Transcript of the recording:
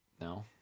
No